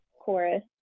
chorus